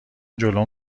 جلوم